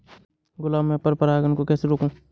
गुलाब में पर परागन को कैसे रोकुं?